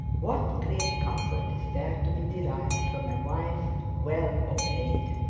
what great comfort is there to be derived from a wife well obeyed!